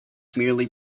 merely